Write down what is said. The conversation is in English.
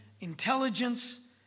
intelligence